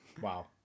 Wow